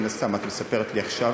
מן הסתם את מספרת לי עכשיו.